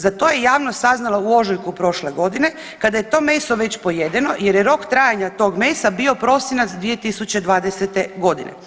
Za to je javnost saznala u ožujku prošle godine kada je to meso već pojedeno jer je rok trajanja tog mesa bio prosinac 2020. godine.